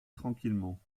tranquillement